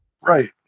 Right